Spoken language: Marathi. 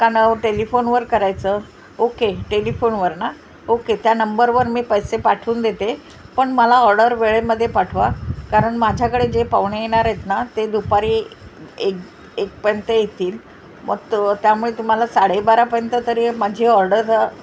का नव टेलिफोनवर करायचं ओके टेलिफोनवर ना ओके त्या नंबरवर मी पैसे पाठवून देते पण मला ऑर्डर वेळेमदे पाठवा कारण माझ्याकडे जे पाहुणे येनारेत ना ते दुपारी एक पर्यंत येतील मत त्यामुळे तुम्हाला साडेबारापर्यंत तरी माझी ऑर्डर